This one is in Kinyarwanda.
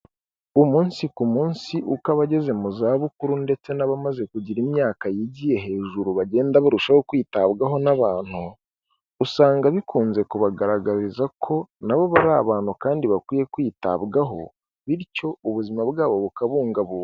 Umunsi ku munsi uko abageze mu zabukuru ndetse n'abamaze kugira imyaka yigiye hejuru bagenda barushaho kwitabwaho n'abantu, usanga bikunze kubagaragariza ko nabo bari abantu kandi bakwiye kwitabwaho bityo ubuzima bwabo bukabungabungwa.